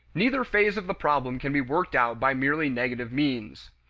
neither phase of the problem can be worked out by merely negative means.